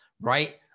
right